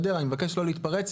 נבקש לא להתפרץ,